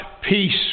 peace